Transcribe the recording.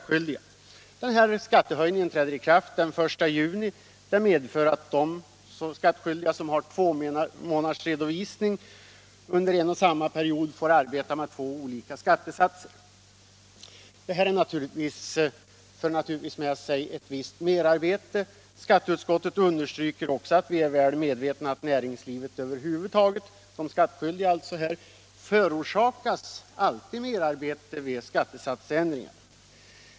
Skattehöjningen träder i kraft den 1 juni och medför att de skattskyldiga som har två månaders redovisning under en och samma period får arbeta med två olika skattesatser. Detta för naturligtvis med sig ett visst merarbete. Skatteutskottet understryker också att vi är väl medvetna om att näringslivet över huvud taget, dvs. de skattskyldiga i detta fall, alltid förorsakas merarbete vid skattesatsändringar.